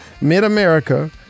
mid-America